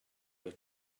your